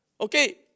Okay